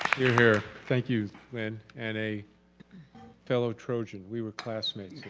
hear, hear. thank you lynn! and a fellow trojan, we were classmate